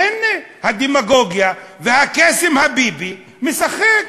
והנה, הדמגוגיה והקסם הביבי משחק.